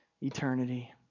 eternity